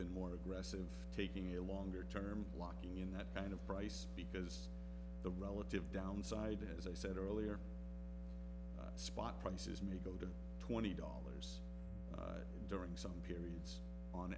been more aggressive taking a longer term locking in that kind of price because the relative downside as i said earlier spot prices may go to twenty dollars during some periods on